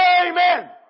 Amen